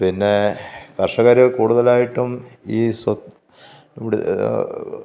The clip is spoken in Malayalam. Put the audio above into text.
പിന്നേ കര്ഷകര് കൂടുതലായിട്ടും ഈ സ്വത് ഇവിട്